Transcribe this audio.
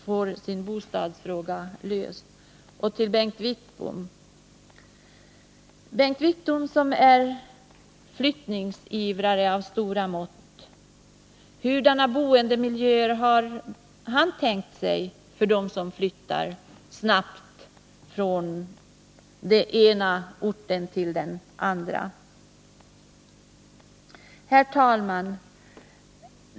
Jag vill också fråga Bengt Wittbom, som är en flyttningsivrare av stora mått: Hurudana boendemiljöer har Bengt Wittbom tänkt sig för dem som flyttar från den ena orten till den andra? Herr talman!